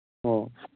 ꯑꯣ